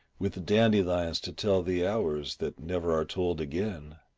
with dandelions to tell the hours that never are told again.